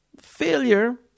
failure